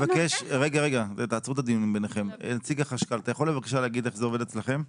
החשב הכללי, אתה יכול לומר איך זה עובד אצלכם?